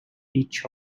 each